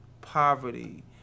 poverty